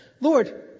Lord